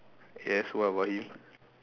yes what about him